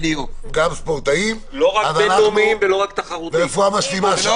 ספורטאים ורפואה משלימה.